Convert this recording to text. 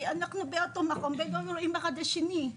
כי אנחנו באותו מקום ולא רואים אחד את השני.